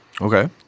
Okay